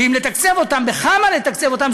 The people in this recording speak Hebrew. ואם לתקצב אותם בכמה לתקצב אותם.